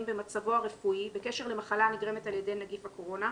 במצבו הרפואי בקשר למחלה הנגרמת על ידי נגיף הקורונה,